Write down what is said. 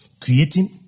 creating